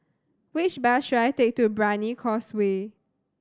which bus should I take to Brani Causeway